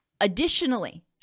Additionally